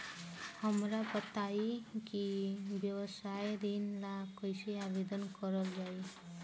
हमरा बताई कि व्यवसाय ऋण ला कइसे आवेदन करल जाई?